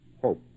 hope